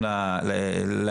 לא שלנו,